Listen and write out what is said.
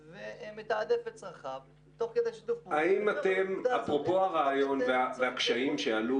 ומתעדף את צרכיו תוך כדי שיתוף פעולה --- אפרופו הרעיון והקשיים שעלו,